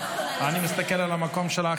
אני מסתכל על המקום שלך.